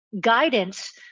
guidance